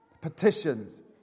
petitions